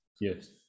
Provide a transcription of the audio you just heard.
Yes